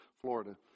Florida